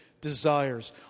desires